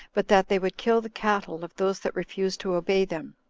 but that they would kill the cattle of those that refused to obey them.